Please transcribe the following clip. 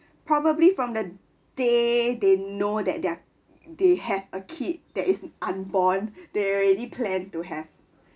probably from the day they know that they're they have a kid that is unborn they already plan to have